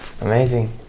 amazing